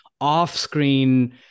off-screen